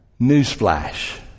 newsflash